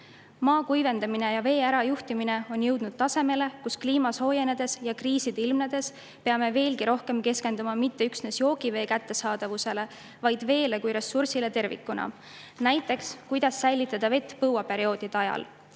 Maa kuivendamine ja vee ärajuhtimine on jõudnud tasemele, kus kliima soojenedes ja kriiside ilmnedes peame veelgi rohkem keskenduma mitte üksnes joogivee kättesaadavusele, vaid veele kui ressursile tervikuna, näiteks, kuidas säilitada vett põuaperioodide ajal.